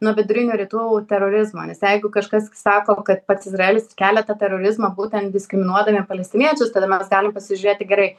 nuo vidurinių rytų terorizmo nes jeigu kažkas sako kad pats izraelis kelia tą terorizmą būtent diskriminuodami palestiniečius tada mes galim pasižiūrėti gerai